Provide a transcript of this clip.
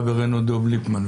חברנו דב ליפמן,